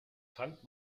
fangt